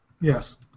Yes